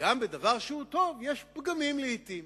גם בדבר שהוא טוב יש פגמים לעתים,